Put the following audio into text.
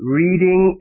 reading